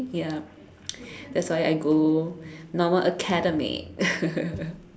ya that's why I go normal academic